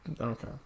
Okay